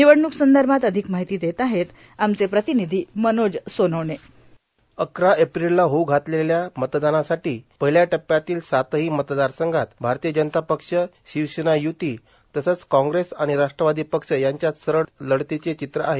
निवडणूक संदर्भात अधिक माहिती देत आहे आमचे प्रतिनधी मनोज सोनोने अकरा एप्रिलला होऊ घातलेल्या मतदानासाठी पहिल्या टप्प्यातील सातही मतदारसंघात भारतीय जनता पक्ष शिवसेना युती तसंच काँग्रेस आणि राष्ट्रवादी पक्ष यांच्यात सरळ लढतीचे चित्र आहेत